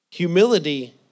Humility